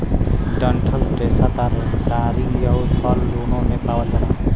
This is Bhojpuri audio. डंठल रेसा तरकारी आउर फल दून्नो में पावल जाला